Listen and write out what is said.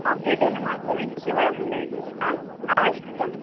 competitive ను మాత్రం ఇంటికి ఇవ్వడం ఉండదు నోవెల్స్ ఇస్తాం